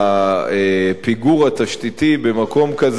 הפיגור התשתיתי במקום כזה או אחר,